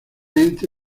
ente